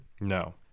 No